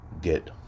get